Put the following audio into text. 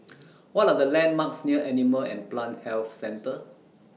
What Are The landmarks near Animal and Plant Health Centre